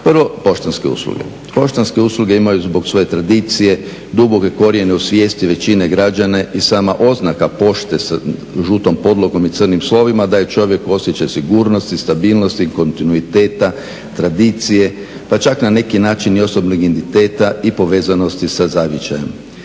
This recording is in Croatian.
Prvo, poštanske usluge. Poštanske usluge imaju zbog svoje tradicije duboke korijene u svijesti većine građana i sama oznaka pošte sa žutom podlogom i crnim slovima da i čovjek osjeća sigurnost i stabilnost i kontinuiteta, tradicije, pa čak na neki način i osobnog identiteta i povezanosti sa zavičajem.